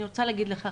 אני רוצה להגיד לך,